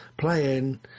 playing